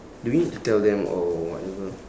do we need to tell them or whatever